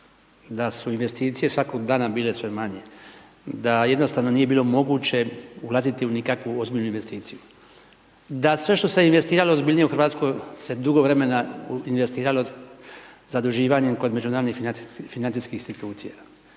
Da su investicije svakog dana bile sve manje, da jednostavno nije bilo moguće ulaziti u nikakvu ozbiljnu investiciju, da sve što se investiralo ozbiljnije u Hrvatskoj se dugo vremena investiralo zaduživanjem kod međunarodnih financijskih institucija.